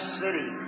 city